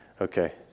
okay